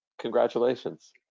congratulations